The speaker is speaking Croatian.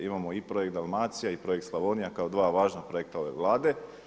Imamo i projekt Dalmacija i projekt Slavonija kao dva važna projekta ove Vlade.